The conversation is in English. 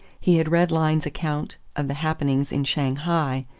he had read lyne's account of the happenings in shanghai,